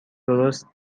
درست